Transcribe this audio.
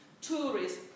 tourists